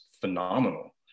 phenomenal